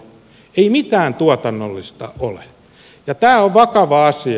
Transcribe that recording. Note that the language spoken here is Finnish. ei mitään tuotannollista ole ja tämä on vakava asia